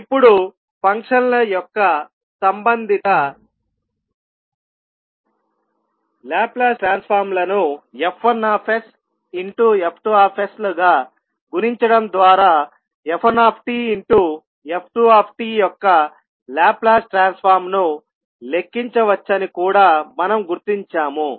ఇప్పుడు ఫంక్షన్ల యొక్క సంబంధిత లాప్లాస్ ట్రాన్సఫార్మ్ లను F1sF2s లుగా గుణించడం ద్వారా f1tf2t యొక్క లాప్లాస్ ట్రాన్సఫార్మ్ ను లెక్కించవచ్చని కూడా మనం గుర్తించాము